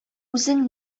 үзең